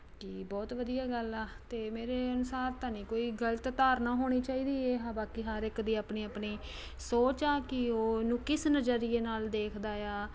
ਕਿ ਬਹੁਤ ਵਧੀਆ ਗੱਲ ਆ ਅਤੇ ਮੇਰੇ ਅਨੁਸਾਰ ਤਾਂ ਨਹੀਂ ਕੋਈ ਗਲਤ ਧਾਰਨਾ ਹੋਣੀ ਚਾਹੀਦੀ ਇਹ ਬਾਕੀ ਹਰ ਇੱਕ ਦੀ ਆਪਣੀ ਆਪਣੀ ਸੋਚ ਆ ਕਿ ਉਹ ਉਹਨੂੰ ਕਿਸ ਨਜ਼ਰੀਏ ਨਾਲ ਦੇਖਦਾ ਆ